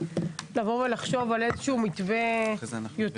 לבוא ולחשוב על איזשהו מתווה יותר